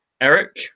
eric